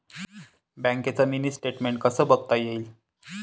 बँकेचं mini statement कसं बघता येईल?